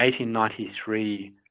1893